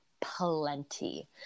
plenty